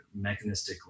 mechanistically